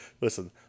Listen